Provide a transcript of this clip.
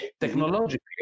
Technologically